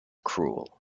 cruel